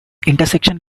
intersection